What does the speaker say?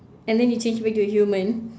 and then you change back to a human